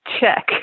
Check